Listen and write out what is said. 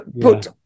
put